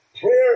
Prayer